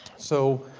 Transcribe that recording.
so.